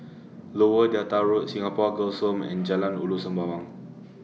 Lower Delta Road Singapore Girls' Home and Jalan Ulu Sembawang